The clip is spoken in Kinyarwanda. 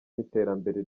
n’iterambere